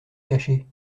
cacher